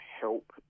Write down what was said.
help